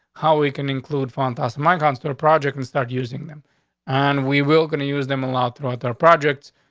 how we can include fontas, my constor project, and start using them on, we will going to use them allow throughout their projects.